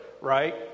right